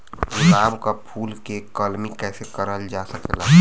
गुलाब क फूल के कलमी कैसे करल जा सकेला?